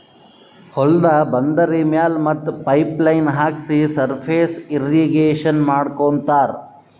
ಹೊಲ್ದ ಬಂದರಿ ಮ್ಯಾಲ್ ಮತ್ತ್ ಪೈಪ್ ಲೈನ್ ಹಾಕ್ಸಿ ಸರ್ಫೇಸ್ ಇರ್ರೀಗೇಷನ್ ಮಾಡ್ಕೋತ್ತಾರ್